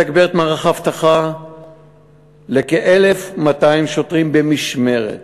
מערך האבטחה לכ-1,200 שוטרים במשמרת.